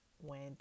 Went